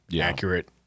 accurate